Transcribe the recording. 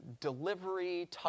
delivery